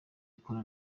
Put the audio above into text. ikora